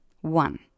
One